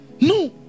No